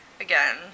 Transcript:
Again